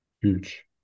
huge